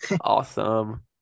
Awesome